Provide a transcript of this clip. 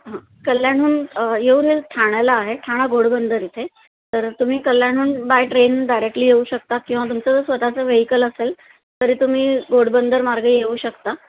हां कल्याणहून येऊर हे ठाण्याला आहे ठाणा घोडबंदर इथे तर तुम्ही कल्याणहून बाय ट्रेन डायरेक्टली येऊ शकता किंवा तुमच जर स्वतःचं वेहीकल असेल तरी तुम्ही घोडबंदर मार्गे येऊ शकता